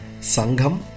Sangham